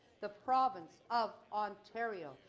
the province of ontario.